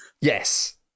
Yes